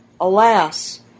Alas